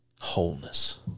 Wholeness